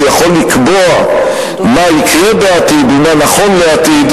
שיכול לקבוע מה יקרה בעתיד ומה נכון לעתיד,